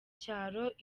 cyaro